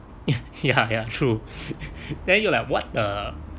ya ya true then you're like what the